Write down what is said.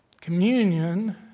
Communion